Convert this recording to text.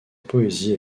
poésie